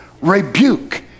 rebuke